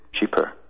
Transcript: cheaper